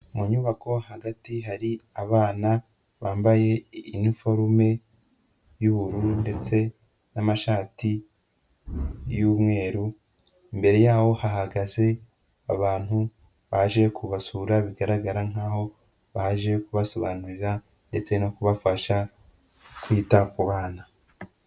Mu nyubako hagati hari abana bambaye iniforume y'ubururu ndetse n'amashati y'umweru, imbere yaho hahagaze abantu baje kubasura bigaragara nk'aho baje kubasobanurira ndetse no kubafasha kwita kubana.